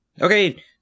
Okay